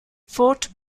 fort